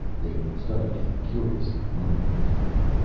they studied him curiously, murmuring together.